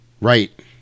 Right